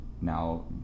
now